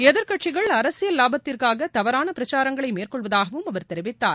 எதிர்க்கட்சிகள் அரசியல் லாபத்திற்காக தவறான பிரச்சாரங்களை மேற்கொள்வதாகவும் அவர் தெரிவித்தார்